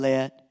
Let